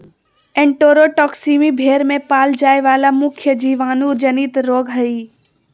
enterotoxaemia भेड़ में पाल जाय वला मुख्य जीवाणु जनित रोग हइ